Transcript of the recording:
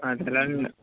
అదేలేండి